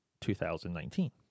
2019